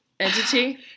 entity